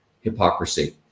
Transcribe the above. hypocrisy